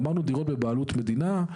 אמרנו דירות בבעלות מדינה,